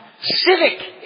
civic